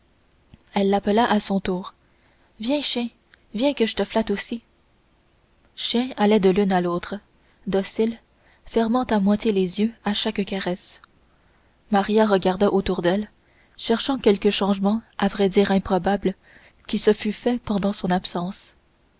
elle l'appela à son tour viens chien viens que je te flatte aussi chien allait de l'une à l'autre docile fermant à moitié les yeux à chaque caresse maria regarda autour d'elle cherchant quelque changement à vrai dire improbable qui se fût fait pendant son absence